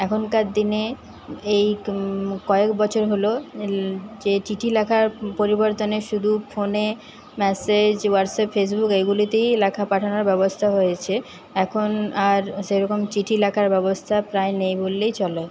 এখনকার দিনে এই কয়েক বছর হলো যে চিঠি লেখার পরিবর্তনে শুধু ফোনে মেসেজ হোয়াটসঅ্যাপ ফেসবুক এগুলোতেই লেখা পাঠানোর ব্যবস্থা হয়েছে এখন আর সেরকম চিঠি লেখার ব্যবস্থা প্রায় নেই বললেই চলে